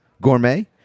gourmet